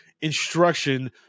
instruction